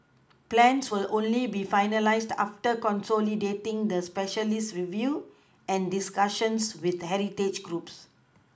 plans will only be finalised after consolidating the specialist review and discussions with heritage groups